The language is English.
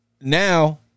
now